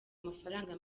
amafaranga